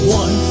one